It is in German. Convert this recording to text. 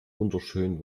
wunderschön